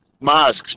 mosques